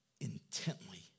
intently